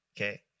Okay